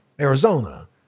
Arizona